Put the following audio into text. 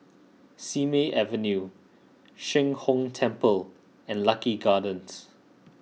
Simei Avenue Sheng Hong Temple and Lucky Gardens